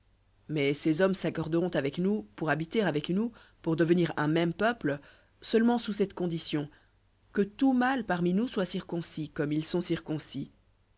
mais ces hommes s'accorderont avec nous pour habiter avec nous pour devenir un même peuple seulement sous cette condition que tout mâle parmi nous soit circoncis comme ils sont circoncis